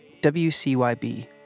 WCYB